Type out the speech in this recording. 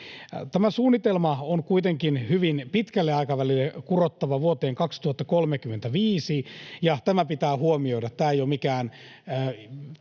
Tämä suunnitelma on kuitenkin hyvin pitkälle aikavälille kurottava, vuoteen 2035, ja tämä pitää huomioida. Tämä ei ole mikään